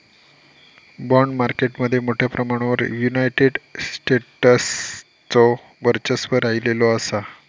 bond market मध्ये मोठ्या प्रमाणावर युनायटेड स्टेट्सचो वर्चस्व राहिलेलो असा